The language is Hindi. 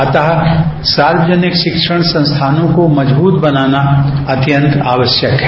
अतरू सार्वजनिक शिक्षण संस्थानों को मजबूत बनाना अत्यंत आवश्यक है